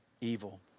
evil